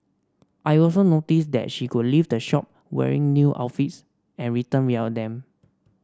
I also noticed that she could leave the shop wearing new outfits and returned without them